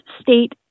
state